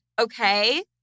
Okay